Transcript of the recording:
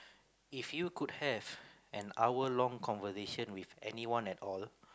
if you could have an hour long conversation with anyone at all